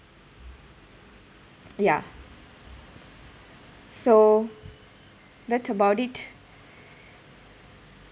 ya so that's about it